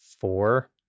four